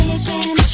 again